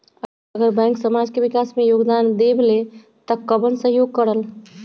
अगर बैंक समाज के विकास मे योगदान देबले त कबन सहयोग करल?